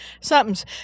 something's